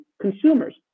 consumers